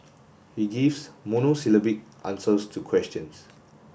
he gives monosyllabic answers to questions